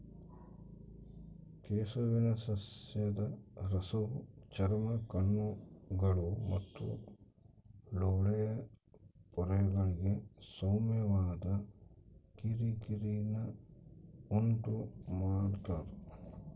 ಕೆಸುವಿನ ಸಸ್ಯದ ರಸವು ಚರ್ಮ ಕಣ್ಣುಗಳು ಮತ್ತು ಲೋಳೆಯ ಪೊರೆಗಳಿಗೆ ಸೌಮ್ಯವಾದ ಕಿರಿಕಿರಿನ ಉಂಟುಮಾಡ್ತದ